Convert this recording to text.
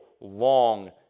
long